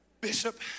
Bishop